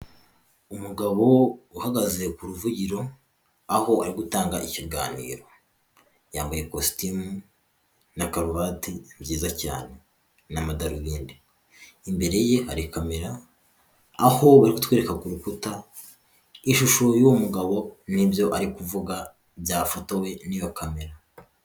Umugabo uhagaze ku ruvugiro aho ari gutanga ikiganiro, yambaye kositimu na karuvati byiza cyane n'amadarubindi. Imbere ye hari kamera, aho bari kutwereka ku rukuta ishusho y'uwo mugabo nibyo ari kuvuga, byafotowe n'iyo kamera.